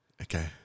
Okay